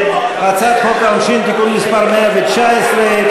הצעת חוק העונשין (תיקון מס' 119),